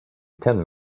ten